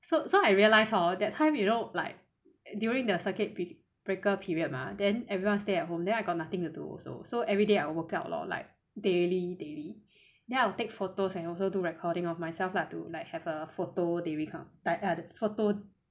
so so like I realise hor that time you know like during the circuit breaker period mah then everyone stay at home then I got nothing to do also so everyday I woke up lor like daily daily then I'll take photos and also do recording of myself lah to like have a photo diary kind of photo